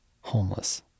homeless